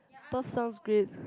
Perth sounds great